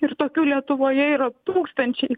ir tokių lietuvoje yra tūkstančiai